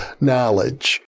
knowledge